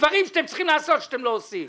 בדברים שאתם צריכים לעשות שאתם לא עושים.